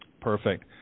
Perfect